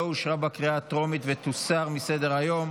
לא אושרה בקריאה הטרומית ותוסר מסדר-היום.